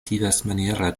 diversmaniere